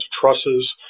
trusses